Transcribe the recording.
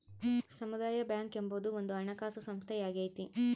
ಸಮುದಾಯ ಬ್ಯಾಂಕ್ ಎಂಬುದು ಒಂದು ಹಣಕಾಸು ಸಂಸ್ಥೆಯಾಗೈತೆ